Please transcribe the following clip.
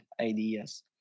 ideas